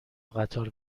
قطار